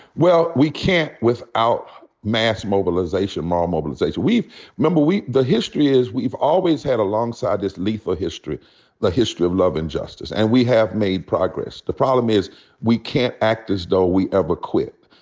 well, we can't without mass mobilization, moral mobilization. remember we the history is we've always had alongside this lethal history the history of love and justice. and we have made progress. the problem is we can't act as though we ever quit.